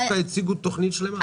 דווקא הציגו תוכנית שלמה.